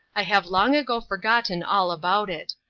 i have long ago forgotten all about it.